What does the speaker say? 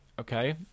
Okay